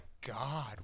God